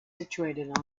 situated